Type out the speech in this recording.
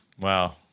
Wow